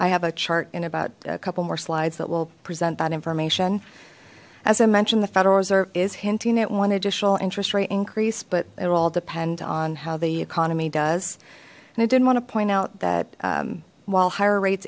i have a chart in about a couple more slides that will present that information as i mentioned the federal reserve is hinting at one additional interest rate increase but it all depend on how the economy does and it didn't want to point out that while higher rates